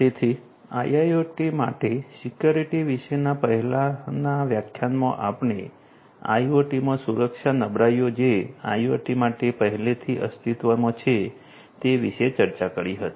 તેથી આઈઆઈઓટી માટે સિક્યુરિટી વિશેના પહેલાના વ્યાખ્યાનમાં આપણે આઇઓટીમાં સુરક્ષા નબળાઈઓ જે આઇઓટી માટે પહેલાથી અસ્તિત્વમાં છે તે વિષે ચર્ચા કરી હતી